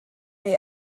neu